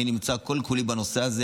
אני נמצא כל-כולי בנושא הזה,